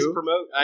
promote